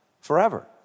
forever